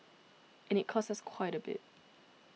and it costs us quite a bit